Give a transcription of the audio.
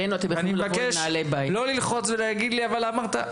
אני מבקש לא ללחוץ ולהגיד לי: אבל אמרת.